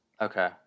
Okay